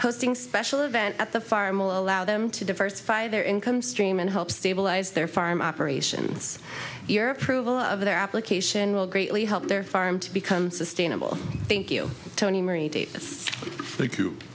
hosting special event at the farm will allow them to diversify their income stream and help stabilize their farm operations your approval of their application will greatly help their farm to become sustainable thank you tony